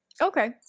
okay